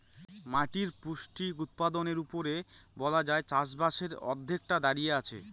মাটির পৌষ্টিক উপাদানের উপরেই বলা যায় চাষবাসের অর্ধেকটা দাঁড়িয়ে আছে